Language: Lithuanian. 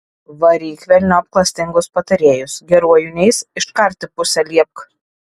varyk velniop klastingus patarėjus geruoju neis iškarti pusę liepk